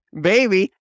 Baby